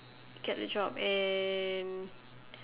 get a job and